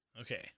Okay